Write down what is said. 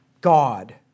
God